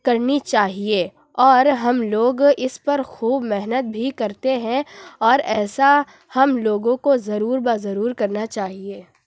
کرنی چاہیے اور ہم لوگ اِس پر خوب محنت بھی کرتے ہیں اور ایسا ہم لوگوں کو ضرور و ضرور کرنا چاہیے